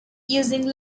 using